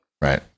Right